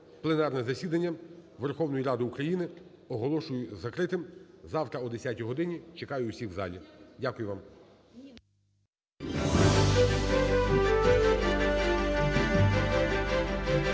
пленарне засідання Верховної Ради України оголошую закритим. Завтра о 10 годині чекаю усіх в залі. Дякую вам.